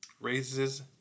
raises